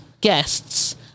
guests